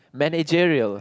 managerial